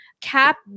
Cap